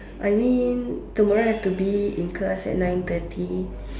I mean tomorrow I have to be in class at nine thirty